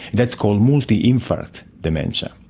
that's called multi-infarct dementia.